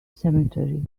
cemetery